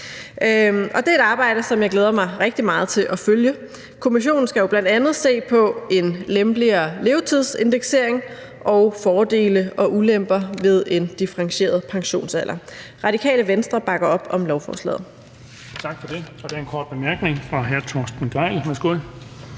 det er et arbejde, som jeg glæder mig rigtig meget til at følge. Kommissionen skal jo bl.a. se på en lempeligere levetidsindeksering og fordele og ulemper ved en differentieret pensionsalder. Radikale Venstre bakker op om lovforslaget.